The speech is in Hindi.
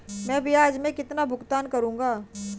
मैं ब्याज में कितना भुगतान करूंगा?